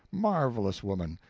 marvelous woman.